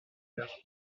peur